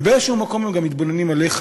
ובאיזשהו מקום הם גם מתבוננים עליך,